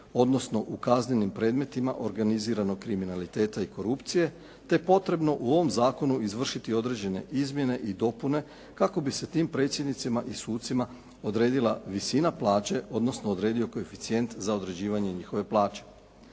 odnosno u kaznenim predmetima organiziranog kriminaliteta i korupcije, te je potrebno u ovom zakonu izvršiti određene izmjene i dopune kako bi se tim predsjednicima i sucima odredila visina plaće, odnosno odredio koeficijent za određivanje njihove plaće.